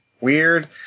weird